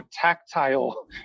tactile